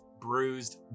bruised